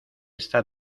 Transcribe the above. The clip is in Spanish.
está